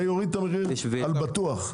זה יוריד את המחיר על בטוח.